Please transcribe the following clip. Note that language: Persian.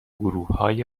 گروههای